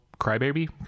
Crybaby